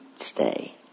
stay